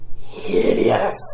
hideous